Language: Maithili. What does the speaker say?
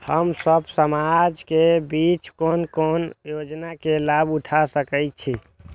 हम सब समाज के बीच कोन कोन योजना के लाभ उठा सके छी?